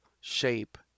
shape